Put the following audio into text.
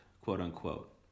quote-unquote